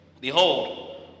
Behold